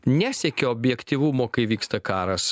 nesiekia objektyvumo kai vyksta karas